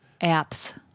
Apps